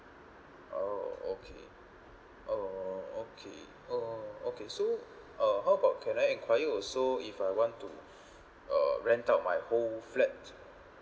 oh okay oh okay oh okay so uh how about can I enquire also if I want to uh rent out my whole flat